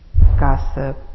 gossip